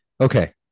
Okay